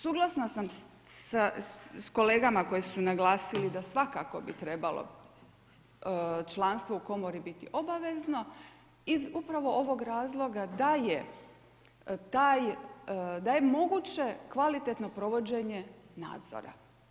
Suglasna sa kolegama koji su naglasili da svakako bi trebalo članstvo u komori biti obavezno iz upravo ovog razloga da je taj, da je moguće kvalitetno provođenje nadzora.